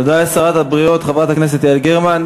תודה לשרת הבריאות חברת הכנסת יעל גרמן.